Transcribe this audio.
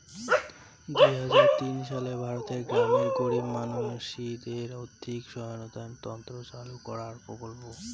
দুই হাজার তিন সালে ভারতের গ্রামের গরীব মানসিদের আর্থিক সহায়তার তন্ন চালু করাঙ প্রকল্প